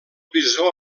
bisó